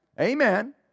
Amen